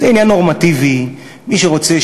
זה עניין נורמטיבי: מי שרוצה,